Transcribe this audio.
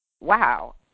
wow